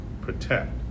protect